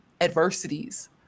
adversities